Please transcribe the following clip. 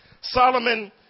Solomon